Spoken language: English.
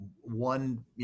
one